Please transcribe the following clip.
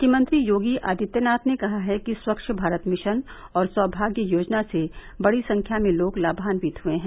मुख्यमंत्री योगी आदित्यनाथ ने कहा है कि स्वच्छ भारत मिशन और सौभाग्य योजना से बड़ी संख्या में लोग लाभान्वित हुए हैं